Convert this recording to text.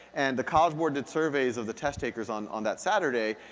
and the college board did surveys of the test takers on on that saturday,